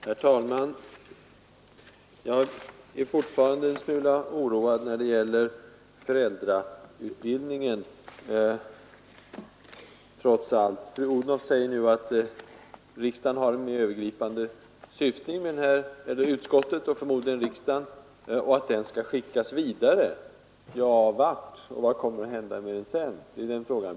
Herr talman! Jag är trots allt fortfarande en smula oroad över föräldrautbildningen. Fru Odhnoff säger nu att utskottet och förmodligen riksdagen har en övergripande syftning med sitt uttalande och att detta skall skickas vidare. Men vart? Och vad kommer att hända?